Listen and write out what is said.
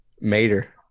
Mater